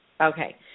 Okay